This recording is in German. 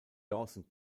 dawson